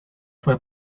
fue